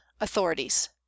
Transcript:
Authorities